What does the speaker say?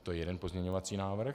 To je jeden pozměňovací návrh.